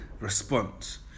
response